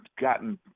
gotten